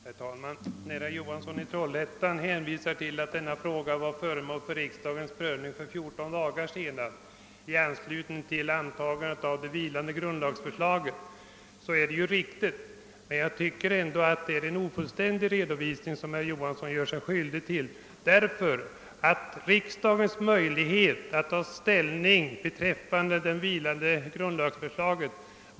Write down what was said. Herr talman! Det är riktigt som herr Johansson i Trollhättan sade, att denna fråga var föremål för riksdagens prövning för fjorton dagar sedan i anslutning till det vilande grundlagsförslaget, men jag tycker ändå att herr Johansson lämnade en ofullständig redovisning, eftersom riksdagen då bara hade att antingen bifalla eller avslå det vilande grundlagsförslaget.